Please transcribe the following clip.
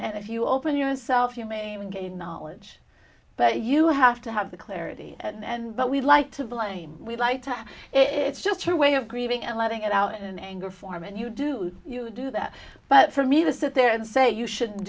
and if you open yourself you may gain knowledge but you have to have the clarity and but we like to blame we like to it's just her way of grieving and letting it out in anger form and you do you do that but for me to sit there and say you shouldn't